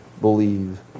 believe